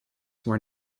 were